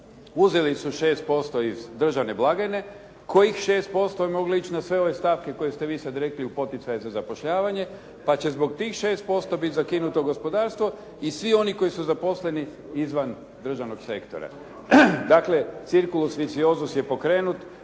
Uzeli su 6% iz državne blagajne kojih 6% je moglo ići na sve ove stavke koje ste vi sada rekli u poticaju za zapošljavanje pa će zbog tih 6% biti zakinuto gospodarstvo i svi oni koji su zaposleni izvan državnog sektora. Dakle, "circulus vicious" je pokrenut,